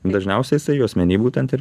dažniausiai jisai juosmeny būtent ir